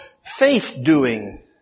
faith-doing